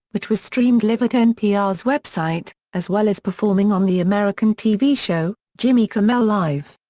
which was streamed live at npr's website, as well as performing on the american tv show, jimmy kimmel live!